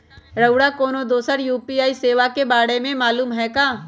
रउरा कोनो दोसर यू.पी.आई सेवा के बारे मे मालुम हए का?